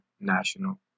national